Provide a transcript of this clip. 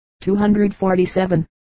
247